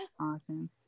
Awesome